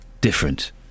different